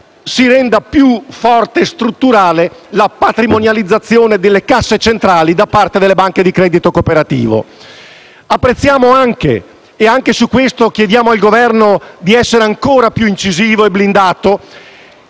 si renda più forte e strutturale la patrimonializzazione delle casse centrali da parte delle banche di credito cooperativo. Apprezziamo anche - e pure su questo chiediamo al Governo di essere ancora più incisivo e blindato